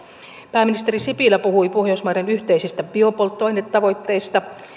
pääministeri sipilä puhui pohjoismaiden yhteisistä biopolttoainetavoitteista